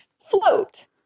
float